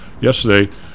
Yesterday